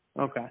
Okay